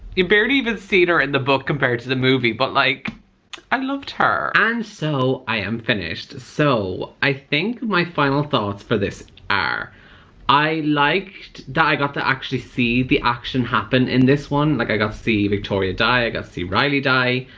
you barely even seen her in the book compared to the movie but like i loved her. and so i am finished so i think my final thoughts for this are i liked that i got to actually see the action happen in this one like i got to see victoria die, i got to see riley die,